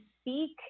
speak